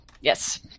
Yes